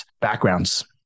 backgrounds